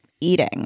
eating